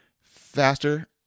faster